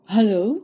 Hello